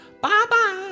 Bye-bye